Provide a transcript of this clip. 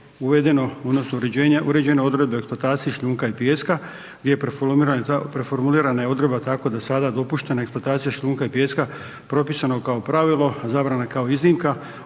uređenje, uređene odredbe o eksploataciji šljunka i pijeska gdje je preformulirana odredba tako da je sada dopuštena eksploatacija šljunka i pijeska propisana kao pravilo, zabrana je kao iznimka,